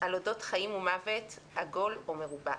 אודות חיים ומוות, עגול או מרובע.